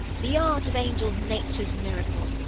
the art of angels' nature's miracle,